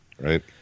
right